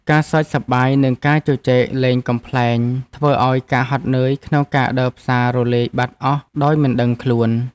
ការសើចសប្បាយ និងការជជែកលេងកំប្លែងធ្វើឱ្យការហត់នឿយក្នុងការដើរផ្សាររលាយបាត់អស់ដោយមិនដឹងខ្លួន។